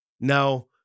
Now